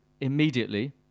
immediately